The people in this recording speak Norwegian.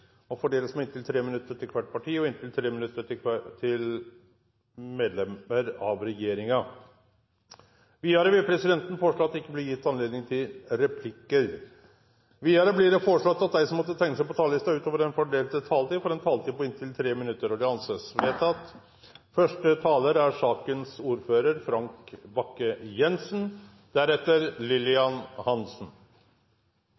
og fordeles med inntil 5 minutter til hvert parti og inntil 5 minutter hver til medlemmer av regjeringen. Videre vil presidenten foreslå at det ikke blir gitt anledning til replikker. Videre blir det foreslått at de som måtte tegne seg på talerlisten utover den fordelte taletid, får en taletid på inntil 3 minutter. – Det anses vedtatt. Justiskomiteen har hatt til behandling proposisjon 101 L for 2012–2013 om jordskifteloven. I innstillingen skriver komiteen at det er